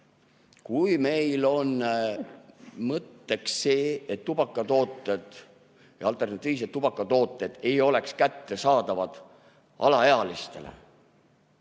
kui meil on mõtteks see, et tubakatooted ja alternatiivsed tubakatooted ei oleks kättesaadavad alaealistele,